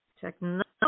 Technology